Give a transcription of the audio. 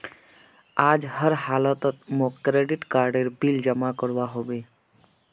आज हर हालौत मौक क्रेडिट कार्डेर बिल जमा करवा होबे